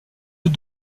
est